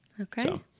Okay